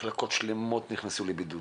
מחלקות שלמות נכנסו לבידוד,